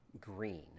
green